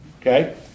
Okay